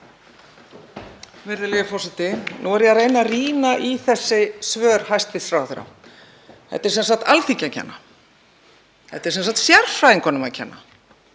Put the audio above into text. Virðulegi forseti. Nú er ég að reyna að rýna í þessi svör hæstv. ráðherra. Þetta er sem sagt Alþingi að kenna. Þetta er sem sagt sérfræðingunum að kenna.